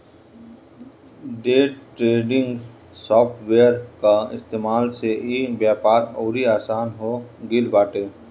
day trading software कअ इस्तेमाल से इ व्यापार अउरी आसन हो गिल बाटे